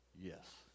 yes